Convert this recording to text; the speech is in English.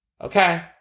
okay